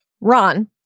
Ron